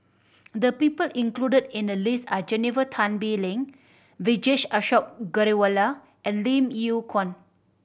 the people included in the list are Jennifer Tan Bee Leng Vijesh Ashok Ghariwala and Lim Yew Kuan